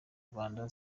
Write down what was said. rwanda